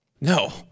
No